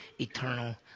eternal